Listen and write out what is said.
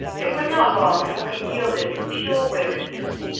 it was not long before he yielded in pure weariness.